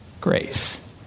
grace